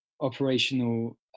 operational